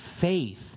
faith